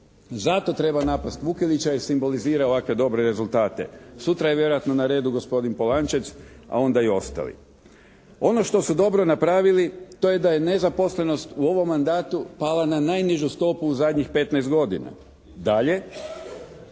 Zato treba napasti Vukelića, jer simbolizira ovakve dobre rezultate. Sutra je vjerojatno na redu gospodin Polančec, a onda i ostali. Ono što su dobro napravili, to je da je nezaposlenost u ovom mandatu pala na najnižu stopu u zadnjih 15 godina. Dalje,